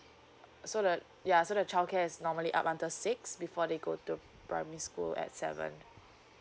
so the ya so the childcare is normally up under six before they go to primary school at seven